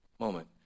moment